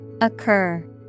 Occur